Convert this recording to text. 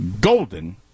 Golden